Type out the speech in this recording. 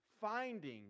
finding